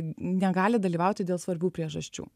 negali dalyvauti dėl svarbių priežasčių